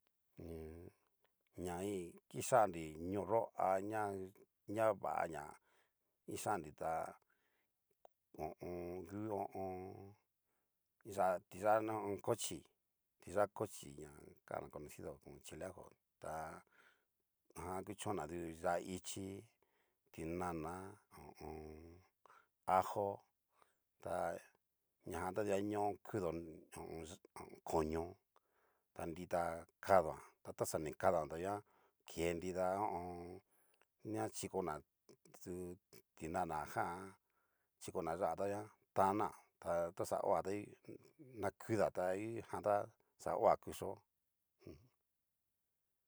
ña kixan'nri ñoo yó aña va ña ixan'nri tá ho o on. ngu ho o on. tiyá tiyá no cochi, tiyá cochi na kan'na conocido chile ajo ta jan kuchonna du yá'a ichi ti'nana ho o on. ajo ta ñajan ta didaño kudo ho o on. yi koño ta nrita kadoan taxa ni kaduan ta guan ke nrida ho o on. na chikona du ti'nana jan chiko na yá'a tanguan, tana ta taxa hoa tahú nakudua ta ngu xa hoa kuchó.